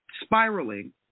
spiraling